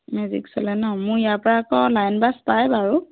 magic চলে ন মোৰ ইয়াৰ পৰা আকৌ লাইন বাছ পায় বাৰু